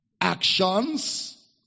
actions